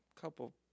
couple